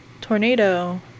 tornado